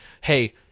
hey